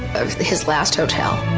of his last hotel.